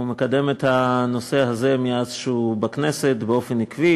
הוא מקדם את הנושא הזה באופן עקבי